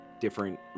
different